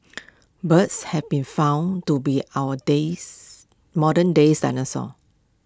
birds have been found to be our days modern days dinosaurs